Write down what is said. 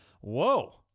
whoa